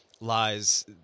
lies